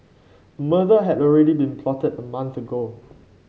a murder had already been plotted a month ago